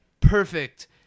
Perfect